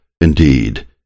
Indeed